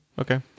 Okay